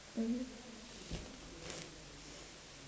mmhmm